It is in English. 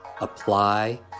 apply